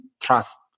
trust